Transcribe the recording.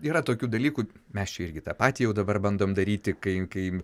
yra tokių dalykų mes čia irgi tą patį jau dabar bandom daryti kai kai